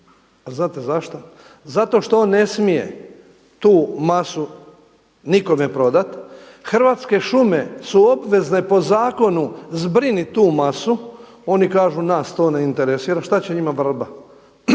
znate zašto? Zato što on ne smije tu masu nikome prodati. Hrvatske šume su obvezne po zakonu zbrinuti tu masu. Oni kažu: nas to ne interesira, šta će njima vrba.